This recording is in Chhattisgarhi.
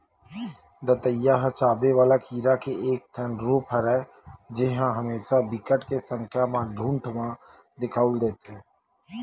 दतइया ह चाबे वाले कीरा के एक ठन रुप हरय जेहा हमेसा बिकट के संख्या म झुंठ म दिखउल देथे